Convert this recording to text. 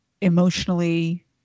emotionally